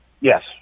Yes